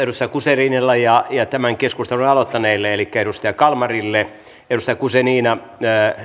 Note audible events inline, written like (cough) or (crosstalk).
(unintelligible) edustaja guzeninalle ja tämän keskustelun aloittaneelle elikkä edustaja kalmarille edustaja guzenina